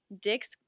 dick's